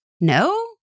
No